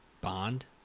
Bond